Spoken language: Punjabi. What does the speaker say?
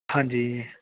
ਹਾਂਜੀ